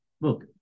look